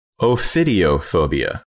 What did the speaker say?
Ophidiophobia